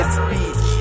speech